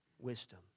wisdom